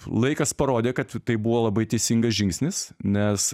laikas parodė kad tai buvo labai teisingas žingsnis nes